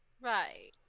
right